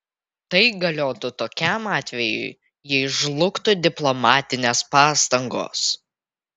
tai galiotų tokiam atvejui jei žlugtų diplomatinės pastangos